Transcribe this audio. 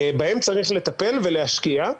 בהם צריך לטפל ולהשקיע.